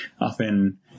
often